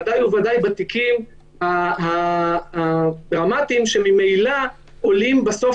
בוודאי בתיקים הדרמטיים שממילא עולים בסוף